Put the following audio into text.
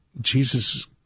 Jesus